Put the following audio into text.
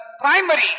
primary